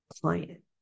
client